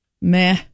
meh